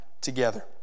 together